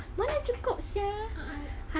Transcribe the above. mana cukup sia a'ah